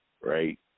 right